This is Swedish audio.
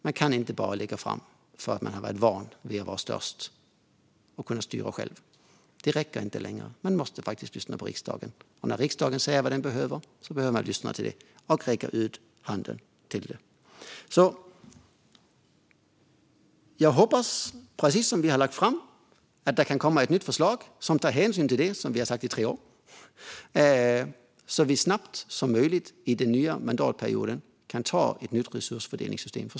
Man kan inte bara lägga fram sina förslag för att man har varit van vid att vara störst och styra själv. Det räcker inte längre. Man måste faktiskt lyssna på riksdagen. Och när riksdagen säger vad den behöver måste man lyssna på det och räcka ut handen. Jag hoppas, precis som vi har fört fram, att det kan komma ett nytt förslag som tar hänsyn till det som vi har sagt i tre år så att vi så snabbt som möjligt under den nya mandatperioden kan anta ett nytt resursfördelningssystem.